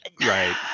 right